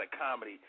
comedy